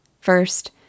First